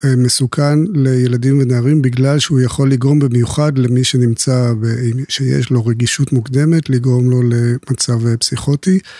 מסוכן לילדים ונערים בגלל שהוא יכול לגרום במיוחד למי שנמצא, יש לו רגישות מוקדמת לגרום לו למצב פסיכוטי.